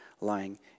lying